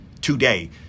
today